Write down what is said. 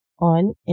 on